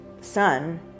son